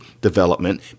development